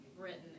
Britain